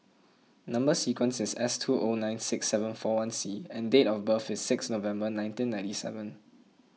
Number Sequence is S two O nine six seven four one C and date of birth is sixth November nineteen ninety seven